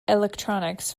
electronics